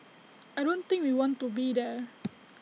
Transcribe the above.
I don't think we want to be there